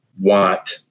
want